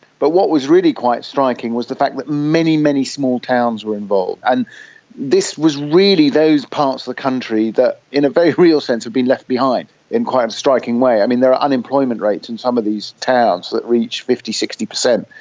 but what was really quite striking was the fact that many, many small towns were involved. and this was really those parts of the country that in a very real sense had been left behind in quite a striking way. i mean, there are unemployment rates in some of these towns that reach fifty percent, sixty percent.